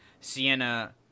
Sienna